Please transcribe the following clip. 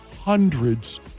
hundreds